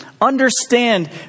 understand